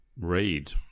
read